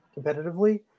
competitively